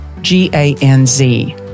g-a-n-z